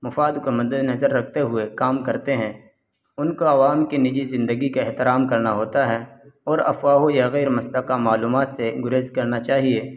مفاد کو مد نظر رکھتے ہوئے کام کرتے ہیں ان کو عوام کی نجی زندگی کا احترام کرنا ہوتا ہے اور افواہوں یا غیرمستحکمہ معلومات سے گریز کرنا چاہیے